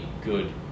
good